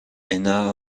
henna